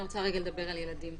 אני רוצה רגע לדבר על ילדים.